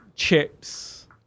Chips